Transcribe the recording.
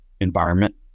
environment